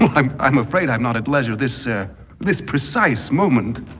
i'm i'm afraid i'm not at leisure this ah this precise moment.